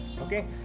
okay